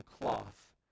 cloth